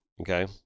okay